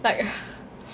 like